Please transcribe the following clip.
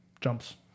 jumps